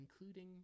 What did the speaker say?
including